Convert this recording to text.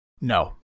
no